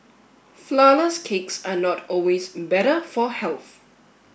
Flourless cakes are not always better for health